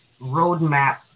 roadmap